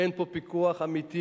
אין פה פיקוח אמיתי,